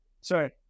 Sorry